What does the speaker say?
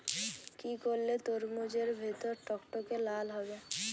কি করলে তরমুজ এর ভেতর টকটকে লাল হবে?